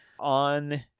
on